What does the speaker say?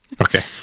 Okay